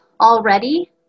already